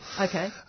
Okay